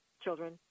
children